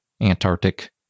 Antarctic